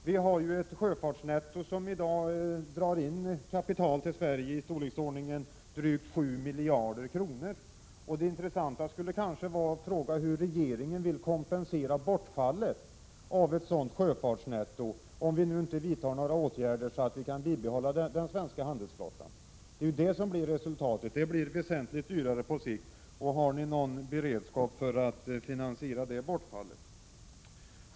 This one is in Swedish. Vi har i dag ett sjöfartsnetto som drar in kapital till Sverige i storleksordningen drygt 7 miljarder kronor. Det intressanta skulle kanske vara att fråga hur regeringen vill kompensera bortfallet av ett sådant sjöfartsnetto, för den händelse att vi inte vidtar sådana åtgärder att vi kan bibehålla den svenska handelsflottan. Det skulle ju bli västentligt dyrare på sikt. Har ni alltså någon beredskap för att finansiera det bortfallet?